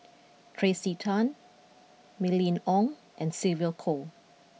Tracey Tan Mylene Ong and Sylvia Kho